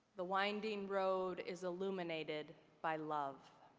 the winding road is illuminated by love,